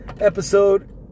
episode